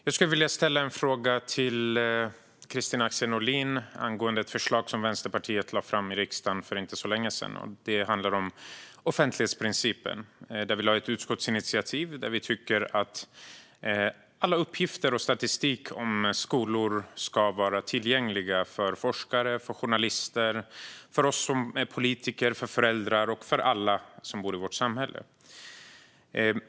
Fru talman! Jag skulle vilja ställa en fråga till Kristina Axén Olin angående ett förslag som Vänsterpartiet lade fram i riksdagen för inte så länge sedan. Det handlar om offentlighetsprincipen. Vi lade fram ett utskottsinitiativ där vi menar att alla uppgifter och all statistik om skolor ska vara tillgängliga för forskare, journalister, oss politiker, föräldrar och alla i vårt samhälle.